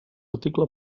article